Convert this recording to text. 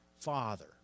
Father